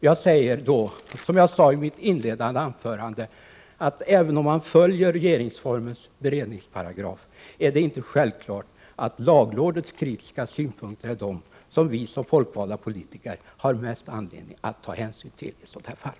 Jag säger som jag gjorde i mitt inledande anförande: Även om man följer regeringsformens beredningsparagraf är det inte självklart att lagrådets kritiska synpunkter är de som vi som folkvalda politiker har mest anledning att ta hänsyn till i sådana här fall.